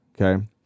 Okay